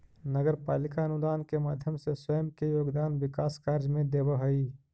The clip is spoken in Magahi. नगर पालिका अनुदान के माध्यम से स्वयं के योगदान विकास कार्य में देवऽ हई